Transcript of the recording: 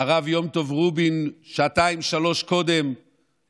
הרב יום טוב רובין שעתיים-שלוש קודם,